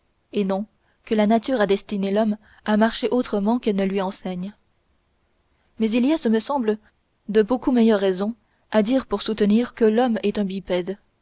et non que la nature a destiné l'homme à marcher autrement qu'elle ne lui enseigne mais il y a ce me semble de beaucoup meilleures raisons à dire pour soutenir que l'homme est un bipède